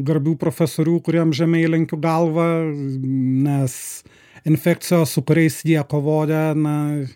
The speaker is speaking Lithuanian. garbių profesorių kuriem žemai lenkiu galvą nes infekcijos su kuriais jie kovoja na